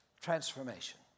transformation